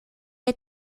est